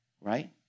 right